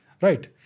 Right